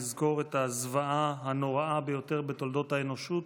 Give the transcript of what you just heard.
נזכור את הזוועה הנוראה ביותר בתולדות האנושות,